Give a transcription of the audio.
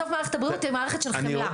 בסוף --- בסוף מערכת הבריאות היא מערכת של חמלה.